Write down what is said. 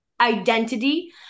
identity